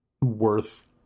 worth